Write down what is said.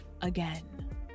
again